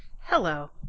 Hello